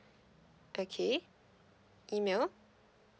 okay email